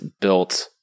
built